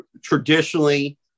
traditionally